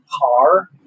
par